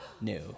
No